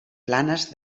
planes